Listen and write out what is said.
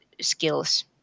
skills